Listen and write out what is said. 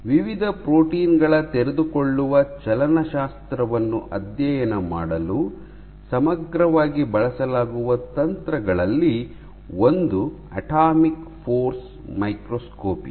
ವಿವಿಧ ಪ್ರೋಟೀನ್ ಗಳ ತೆರೆದುಕೊಳ್ಳುವ ಚಲನಶಾಸ್ತ್ರವನ್ನು ಅಧ್ಯಯನ ಮಾಡಲು ಸಮಗ್ರವಾಗಿ ಬಳಸಲಾಗುವ ತಂತ್ರಗಳಲ್ಲಿ ಒಂದು ಅಟಾಮಿಕ್ ಫೋರ್ಸ್ ಮೈಕ್ರೋಸ್ಕೋಪಿ